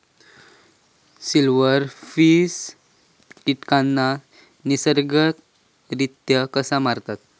Silverfish कीटकांना नैसर्गिकरित्या कसा मारतत?